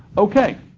okay,